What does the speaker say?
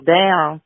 down